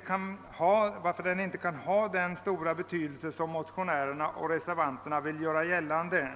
kan inte ha den stora betydelse som motionärer och reservanter velat göra gällande.